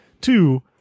Two